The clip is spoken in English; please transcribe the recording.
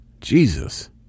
jesus